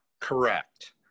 Correct